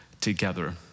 together